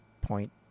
point